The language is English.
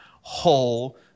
whole